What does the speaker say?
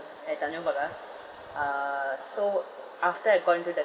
at tanjong pagar uh so after I got into the